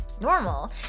normal